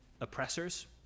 oppressors